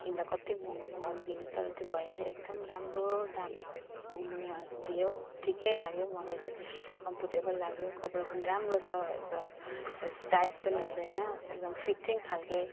किन्दा कति महँगो महँगोमा किन्छौँ तर त्यो भैयाले एकदम राम्रो दाममा दियो हो ठिकै लाग्यो मलाई चाहिँ कम्फर्टेबल लाग्यो कपडा पनि राम्रो छ एकदम यो टाइट पनि हुँदैन एकदम फिटिङ खालके